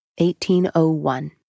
1801